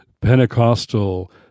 Pentecostal